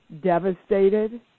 devastated